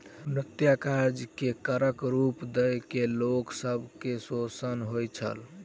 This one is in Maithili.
अवेत्निया कार्य के करक रूप दय के लोक सब के शोषण होइत छल